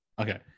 Okay